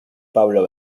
pablo